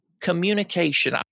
communication